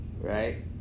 Right